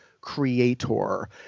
creator